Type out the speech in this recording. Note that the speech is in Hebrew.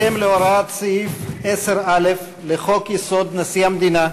בהתאם להוראת סעיף 10(א) לחוק-יסוד: נשיא המדינה,